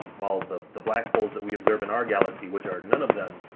while the the black holes that we observe in our galaxy, which are none of them